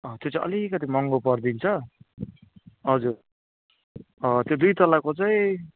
अँ त्यो चाहिँ अलिकति महँगो पर्दिन्छ हजुर त्यो दुई तलाको चाहिँ